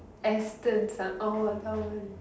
Astons ah orh oh